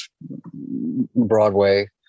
Broadway